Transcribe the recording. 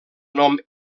nom